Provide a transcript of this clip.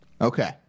Okay